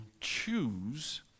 choose